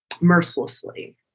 Mercilessly